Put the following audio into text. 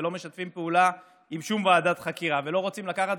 לא משתפים פעולה עם שום ועדת חקירה ולא רוצים לקחת